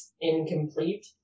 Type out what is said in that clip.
incomplete